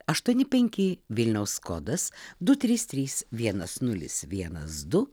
aštuoni penki vilniaus kodas du trys trys vienas nulis vienas du